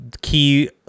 key